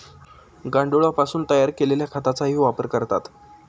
गांडुळापासून तयार केलेल्या खताचाही वापर करतात